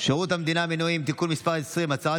שירות המדינה (מינויים) (תיקון מס' 20) (הצהרת